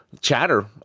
chatter